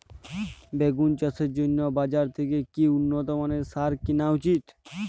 বেগুন চাষের জন্য বাজার থেকে কি উন্নত মানের সার কিনা উচিৎ?